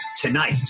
tonight